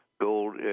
Gold